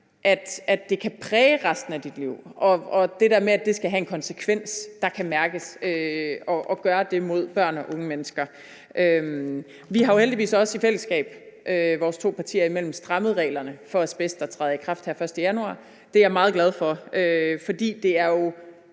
at det kan præge resten af dit liv, og at det skal have en konsekvens, der kan mærkes, at gøre det mod børn og unge mennesker. Vores to partier har jo heldigvis også i fællesskab strammet reglerne for asbest. Det træder i kraft her den 1. januar 2025. Det er jeg meget glad for, for det er jo